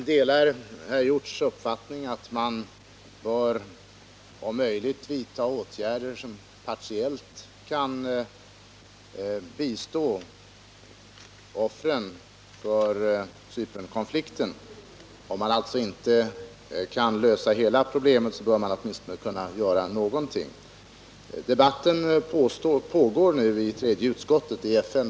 Herr talman! Jag delar herr Hjorths uppfattning att man om möjligt bör vidta åtgärder genom vilka man åtminstone partiellt kan bistå offren för Cypernkonflikten. Även om man inte kan lösa hela problemet, så bör man i alla fall göra någonting. Debatten pågår nu i tredje utskottet i FN.